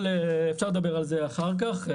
אפשר לדבר על חברת החשמל אחר כך.